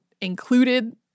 included